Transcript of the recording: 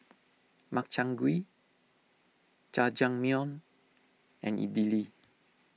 Makchang Gui Jajangmyeon and Idili